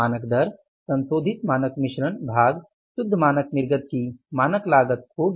मानक दर संशोधित मानक मिश्रण भाग शुद्ध मानक निर्गत की मानक लागत होगी